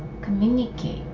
communicate